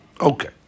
Okay